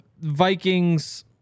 Vikings